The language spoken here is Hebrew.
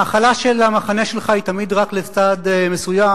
ההכלה של המחנה שלך היא תמיד רק לצד מסוים,